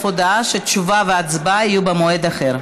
שתשובה והצבעה יהיו במועד אחר.